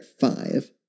five